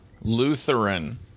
Lutheran